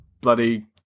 Bloody